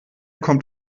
kommt